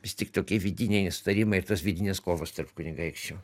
vis tik tokie vidiniai nesutarimai ir tos vidinės kovos tarp kunigaikščių